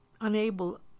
unable